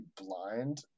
blind